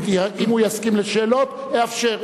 אם הוא יסכים לשאלות, אאפשר.